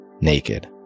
naked